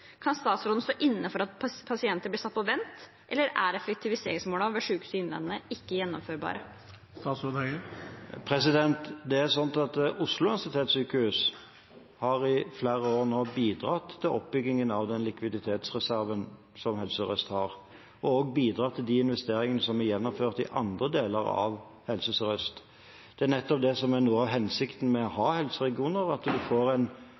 Kan statsråden stå inne for at pasienter blir satt på vent, eller er effektiviseringsmålene ved Sykehuset Innlandet ikke gjennomførbare? Oslo universitetssykehus har i flere år bidratt til oppbyggingen av den likviditetsreserven som Helse Sør-Øst har, og også bidratt til de investeringene som er gjennomført i andre deler av Helse Sør-Øst. Noe av hensikten med å ha helseregioner er nettopp at en får en solidarisk modell der de ulike deler av helseregionen bidrar på ulike tider, men også får